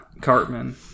Cartman